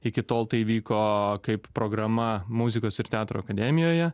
iki tol tai vyko kaip programa muzikos ir teatro akademijoje